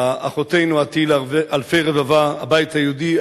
"אחותנו את היי לאלפי רבבה" הבית היהודי,